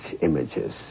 images